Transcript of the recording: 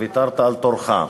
שוויתרת על תורך.